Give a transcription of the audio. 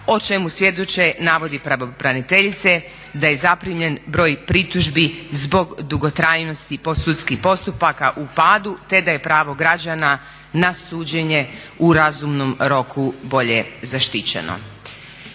o čemu svjedoče navodi pravobraniteljice da je zaprimljen broj pritužbi zbog dugotrajnosti sudskih postupaka u padu, te da je pravo građana na suđenje u razumnom roku bolje zaštićeno.